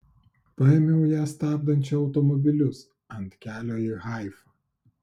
paėmiau ją stabdančią automobilius ant kelio į haifą